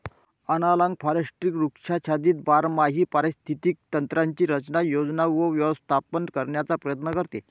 analogue forestry वृक्षाच्छादित बारमाही पारिस्थितिक तंत्रांची रचना, योजना व व्यवस्थापन करण्याचा प्रयत्न करते